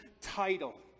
title